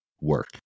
work